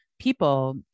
people